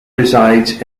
resides